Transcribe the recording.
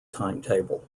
timetable